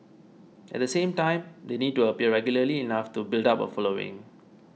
at the same time they need to appear regularly enough to build up a following